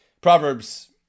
Proverbs